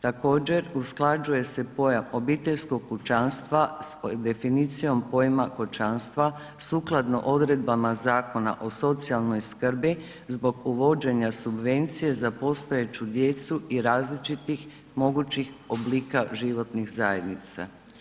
Također usklađuje se pojam obiteljskog kućanstva sa definicijom pojma kućanstva sukladno odredbama Zakona o socijalnoj skrbi zbog uvođenja subvencije za postojeću djecu i različitih mogućih oblika životnih zajednica.